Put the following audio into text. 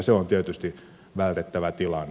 se on tietysti vältettävä tilanne